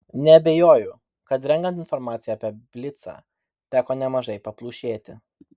neabejoju kad renkant informaciją apie blicą teko nemažai paplušėti